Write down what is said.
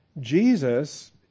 Jesus